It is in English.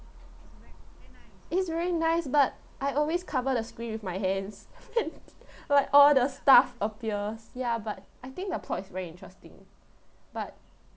it's very nice but I always cover the screen with my hands like all the stuff appears ya but I think the plot is very interesting but